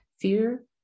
Fear